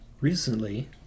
Recently